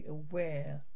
aware